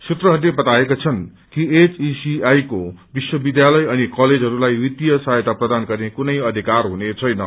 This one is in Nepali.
सूत्रहस्ले बताएका छन् कि एचईसीआई को विश्वविध्यालय असनि कलेजहस्लाई वित्तिय सझयता प्रदान गर्ने कुनै अधिकार हुनेछैन